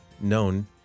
known